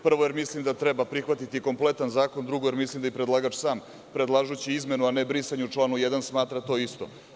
Prvo, jer mislim da treba prihvatiti kompletan zakon, a drugo, jer mislim da i predlagač sam, predlažući izmenu a ne brisanje u članu 1, smatra to isto.